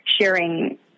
sharing